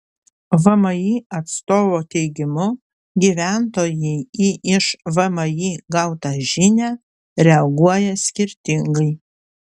vmi atstovo teigimu gyventojai į iš vmi gautą žinią reaguoja skirtingai